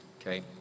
Okay